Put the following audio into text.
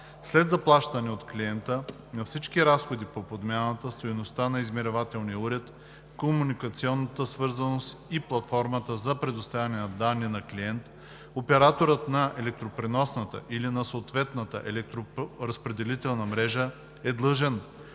след заплащане от клиента на всички разходи по подмяната, стойността на измервателния уред, комуникационната свързаност и платформата за предоставяне на данни на клиент. Операторът на електропреносната или на съответната електроразпределителна мрежа е длъжен